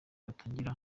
batangira